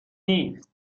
نیست